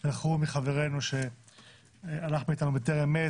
אל חרומי, חברנו שהלך מאתנו בטרם עת